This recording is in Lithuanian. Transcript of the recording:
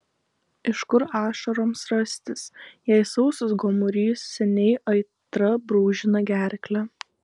iš kur ašaroms rastis jei sausas gomurys seniai aitra brūžina gerklę